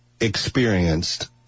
experienced